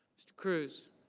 mr. cruz.